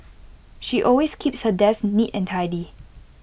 she always keeps her desk neat and tidy